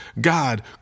God